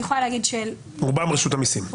אני יכולה להגיד שרובם הם של רשות המיסים,